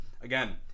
again